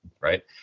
Right